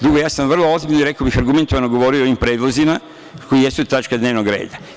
Drugo, ja sam vrlo ozbiljno i rekao bih argumentovano govorio o ovim predlozima koji jesu tačka dnevnog reda.